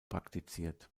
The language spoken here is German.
praktiziert